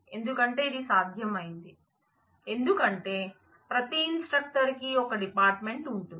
ఎందుకంటే ఇది సాధ్యమైంది ఎందుకంటే ప్రతి ఇన్స్ట్రక్టర్ కి ఒక డిపార్ట్మెంట్ ఉంటుంది